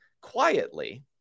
quietly